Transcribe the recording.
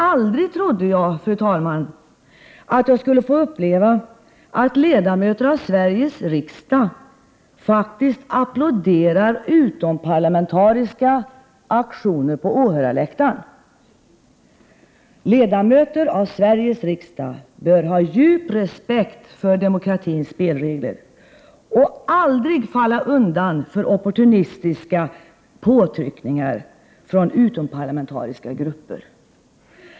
Aldrig trodde jag, fru talman, att jag skulle få uppleva att ledamöter av Sveriges riksdag faktiskt applåderade utomparlamentariska aktioner på åhörarläktaren. Ledamöterna av Sveriges riksdag bör ha djup respekt för demokratins spelregler och aldrig falla undan för opportunistiska påtryckningar från utomparlamentariska grupper.